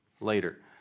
later